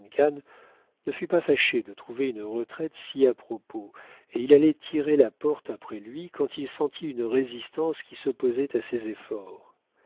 ne fut pas fâché de trouver une retraite si à propos et il allait tirer la porte après lui quand il sentit une résistance qui s'opposait à ses efforts